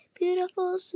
beautiful